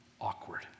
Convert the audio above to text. awkward